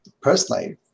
personally